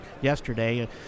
yesterday